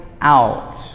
out